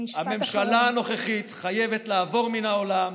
הממשלה הנוכחית חייבת לעבור מן העולם,